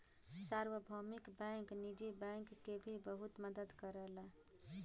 सार्वभौमिक बैंक निजी बैंक के भी बहुत मदद करला